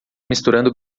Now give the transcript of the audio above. misturando